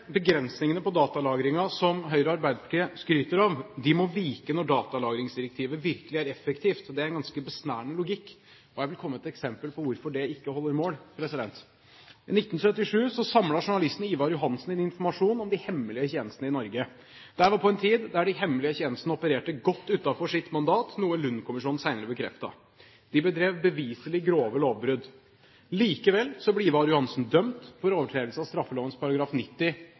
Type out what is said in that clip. begrensningene på datalagringen som Høyre og Arbeiderpartiet skryter av, må vike når datalagringsdirektivet virkelig er effektivt. Det er en ganske besnærende logikk, og jeg vil komme med et eksempel på hvorfor det ikke holder mål: I 1977 samlet journalisten Ivar Johansen informasjon om de hemmelige tjenestene i Norge. Dette var på en tid da de hemmelige tjenestene opererte godt utenfor sitt mandat, noe Lund-kommisjonen senere bekreftet. De bedrev beviselig grove lovbrudd. Likevel ble journalisten Ivar Johansen dømt for overtredelse av straffelovens § 90